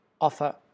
offer